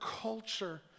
culture